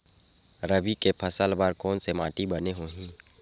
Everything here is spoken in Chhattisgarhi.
रबी के फसल बर कोन से माटी बने होही?